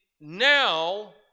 now